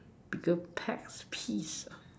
biggest pet peeves ah